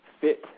fit